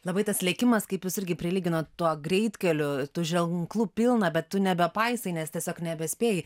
labai tas lėkimas kaip jūs irgi prilyginot tuo greitkeliu tų ženklų pilna bet tu nebepaisai nes tiesiog nebespėji